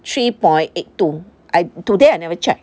three point eight two I today I never check